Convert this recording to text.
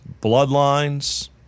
bloodlines